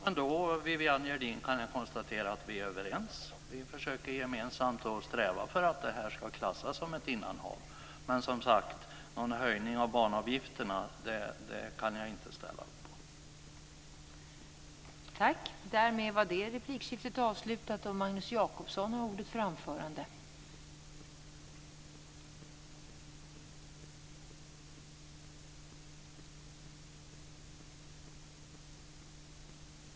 Fru talman! Då kan jag konstatera att vi är överens. Vi försöker gemensamt att sträva efter att Vänern ska klassas som ett innanhav. Men, som sagt, någon höjning av banavgifterna kan jag inte ställa upp på.